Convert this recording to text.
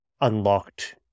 unlocked